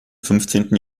fünfzehnten